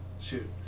Shoot